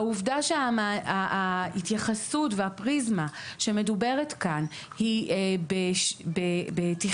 העובדה שההתייחסות והפריזמה שמדוברת כאן היא בתכנון,